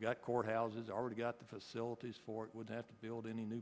got courthouses already got the facilities for it would have to build any new